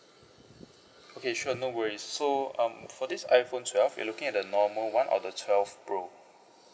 okay sure no worries so um for this iphone twelve you're looking at the normal one or the twelve pro